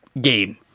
game